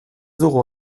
dugu